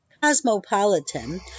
Cosmopolitan